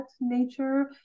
nature